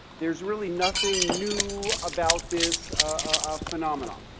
there's really nothing new about this ah phenomenon.